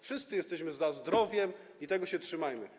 Wszyscy jesteśmy za zdrowiem i tego się trzymajmy.